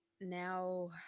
now